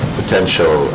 potential